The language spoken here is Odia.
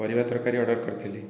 ପରିବା ତରକାରୀ ଅର୍ଡ଼ର କରିଥିଲି